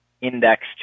indexed